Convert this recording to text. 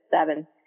seven